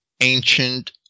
ancient